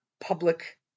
public